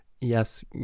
Yes